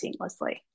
seamlessly